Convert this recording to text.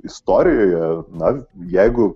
istorijoje na jeigu